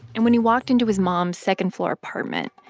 and when he walked into his mom's second-floor apartment,